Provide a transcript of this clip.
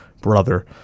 brother